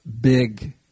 big